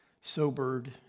sobered